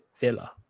Villa